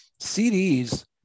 CDs